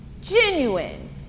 genuine